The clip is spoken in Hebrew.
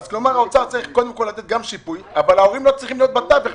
וגם הייתה הוראה של השר, לקחת את